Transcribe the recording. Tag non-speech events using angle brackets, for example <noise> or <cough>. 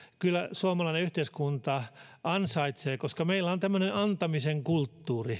kyllä suomalainen yhteiskunta ansaitsee sen koska meillä on tämmöinen antamisen kulttuuri <unintelligible>